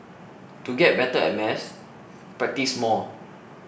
to get better at maths practise more